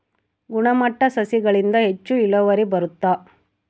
ಗುಣಮಟ್ಟ ಸಸಿಗಳಿಂದ ಹೆಚ್ಚು ಇಳುವರಿ ಬರುತ್ತಾ?